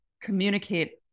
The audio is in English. communicate